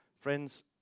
Friends